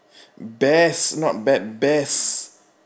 best not bad best